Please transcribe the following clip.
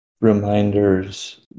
reminders